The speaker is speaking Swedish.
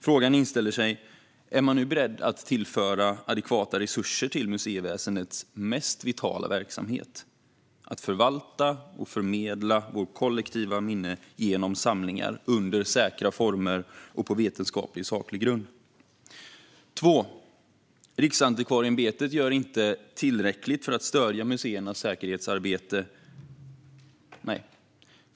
Då inställer sig frågan: Är man beredd att tillföra adekvata resurser till museiväsendets mest vitala verksamhet, att under säkra former och på vetenskaplig och saklig grund förvalta och förmedla vårt kollektiva minne genom samlingar? För det andra gör Riksantikvarieämbetet inte tillräckligt för att stödja museernas säkerhetsarbete.